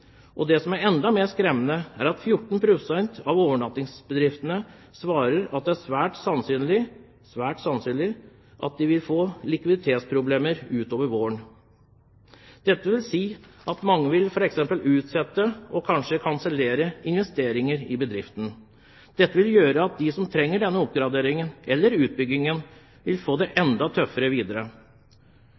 Og det som er enda mer skremmende, er at 14 pst. av overnattingsbedriftene svarer at det er svært sannsynlig at de vil få likviditetsproblemer utover våren. Dette betyr at mange f.eks. vil utsette og kanskje kansellere investeringer i bedriften, noe som vil føre til at de som trenger denne oppgraderingen eller denne utbyggingen, vil få det enda tøffere videre.